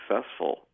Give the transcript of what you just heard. successful